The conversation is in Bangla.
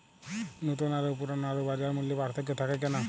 নতুন আলু ও পুরনো আলুর বাজার মূল্যে পার্থক্য থাকে কেন?